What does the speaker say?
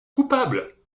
coupable